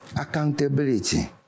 accountability